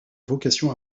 vocation